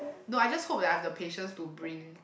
no I just hope that I have the patience to bring